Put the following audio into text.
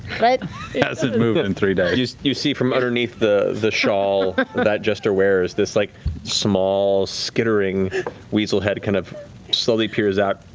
but yeah hasn't moved in and three days. matt you see from underneath the the shawl that jester wears, this like small, skittering weasel head kind of slowly peers out